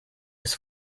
ist